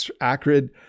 acrid